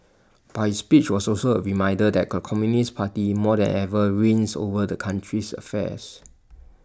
but his speech was also A reminder that the communist party more than ever reigns over the country's affairs